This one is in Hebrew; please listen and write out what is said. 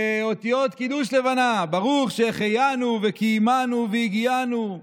באותיות קידוש לבנה: ברוך שהחיינו וקיימנו והגיענו,